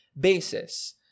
basis